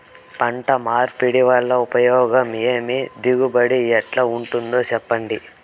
పంట మార్పిడి వల్ల ఉపయోగం ఏమి దిగుబడి ఎట్లా ఉంటుందో చెప్పండి?